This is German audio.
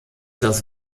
das